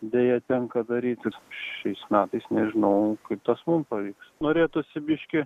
deja tenka daryti šiais metais nežinau kaip tas mum pavyks norėtųsi biškį